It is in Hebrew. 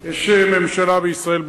יש ממשלה בישראל,